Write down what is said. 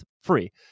free